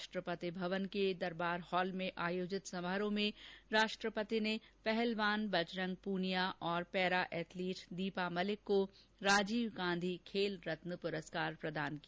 राष्ट्रपति भवन के दरबार हॉल में आयोजित समारोह में राष्ट्रपति ने पहलवान बजरंग पूनिया और पैरा एथलीट दीपा मलिक को राजीव गांधी खेल रत्न पुरस्कार प्रदान किया